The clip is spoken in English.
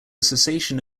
cessation